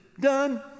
done